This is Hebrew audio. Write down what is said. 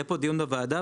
יהיה פה דיון בוועדה,